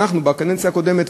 בקדנציה הקודמת,